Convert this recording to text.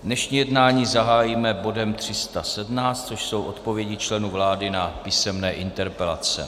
Dnešní jednání zahájíme bodem 317, což jsou odpovědi členů vlády na písemné interpelace.